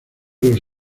los